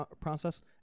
process